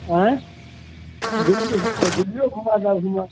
आइ बेटीके घर चलब बेटिओ हमरा जऽरे घुमत